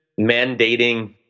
mandating